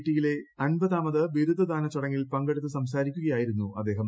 ടിയിലെ അമ്പതാമത് ബിരുദദാന ചടങ്ങിൽ പങ്കെടുത്ത് സംസാരിക്കുകയായിരുന്നു അദ്ദേഹം